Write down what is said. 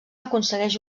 aconsegueix